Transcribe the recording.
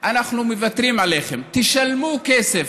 אנחנו מוותרים עליכם, תשלמו כסף.